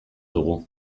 dugu